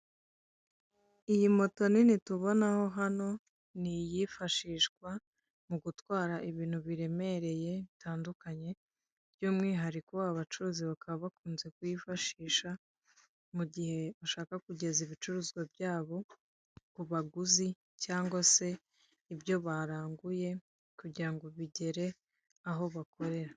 Iyi moto nini tunonaho hano n'iyifashishwa mu gutwara ibintu biremereye bitandukanye, by'umwihariko abacuruzi bakaba bakunze kuyifashisha mu gihe bashaka kugeza ibicuruzwa byabo ku baguzi cyangwa se ibyo baranguye, kugirango bigere aho kakorera.